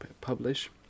publish